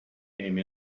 came